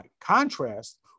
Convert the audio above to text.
Contrast